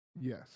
Yes